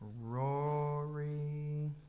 Rory